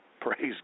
Praise